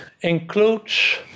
includes